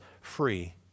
free